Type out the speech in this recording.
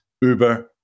Uber